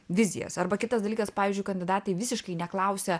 vizijas arba kitas dalykas pavyzdžiui kandidatai visiškai neklausia